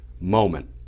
moment